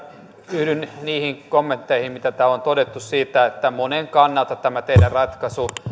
yhdyn niihin kommentteihin mitä täällä on todettu siitä että monen kannalta tämä teidän ratkaisunne